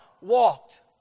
walked